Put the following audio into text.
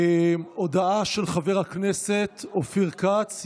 הודעה של חבר הכנסת אופיר כץ,